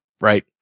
Right